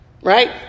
right